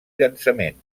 llançament